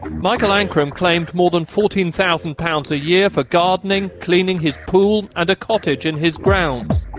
michael ancram claimed more than fourteen thousand pounds a year for gardening, cleaning his pool, and a cottage in his grounds.